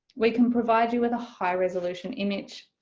we can provide you with a high-resolution image.